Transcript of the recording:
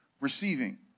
receiving